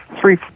three